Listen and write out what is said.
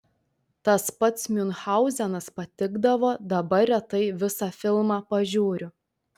tas pats miunchauzenas patikdavo dabar retai visą filmą pažiūriu